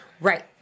right